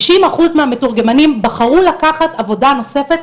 תשעים אחוז מהמתורגמנים בחרו לקחת עבודה נוספת,